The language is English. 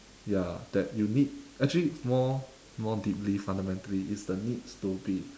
ya that you need actually more more deeply fundamentally is the need to be